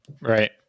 Right